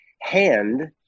hand